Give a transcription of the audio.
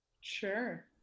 Sure